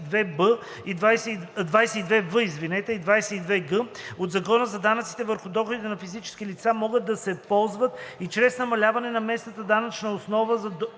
22в и 22г от Закона за данъците върху доходите на физическите лица могат да се ползват и чрез намаляване на месечната данъчна основа за